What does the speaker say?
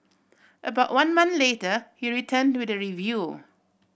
about one month later he return to the review